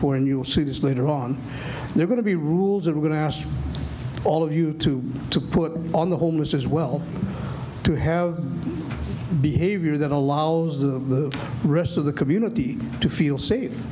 for and you'll see this later on they're going to be rules are going to ask all of you to to put on the homeless as well to have behavior that allows the rest of the community to feel safe